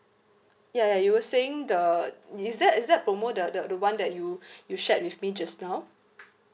ya ya you were saying the is that is that promo the the the one that you you shared with me just now